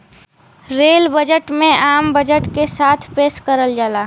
rail budget में आम budget के साथ पेश करल जाला